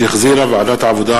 שהחזירה ועדת העבודה,